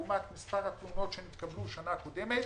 לעומת כמות התלונות שהתקבלו בשנה קודמת